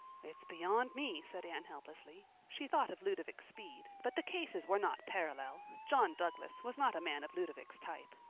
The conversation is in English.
it's beyond me, said anne helplessly. she thought of ludovic speed. but the cases were not parallel. john douglas was not a man of ludovic's type.